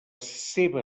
seva